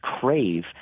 crave